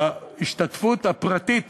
בהשתתפות הפרטית